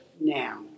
now